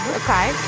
okay